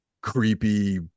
creepy